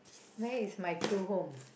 where is my true home